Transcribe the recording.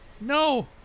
No